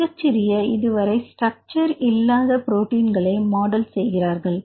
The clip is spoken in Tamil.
மிகச்சிறிய இதுவரை ஸ்ட்ரக்சர் இல்லாத புரோட்டின்களை மாடலிங் செய்கிறார்கள்